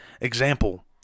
example